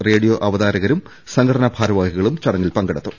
radio അവതാരകരും സംഘടനാ ഭാരവാഹികളും ചടങ്ങിൽ പങ്കെ ടുത്തു